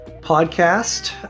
podcast